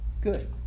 good